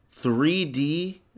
3D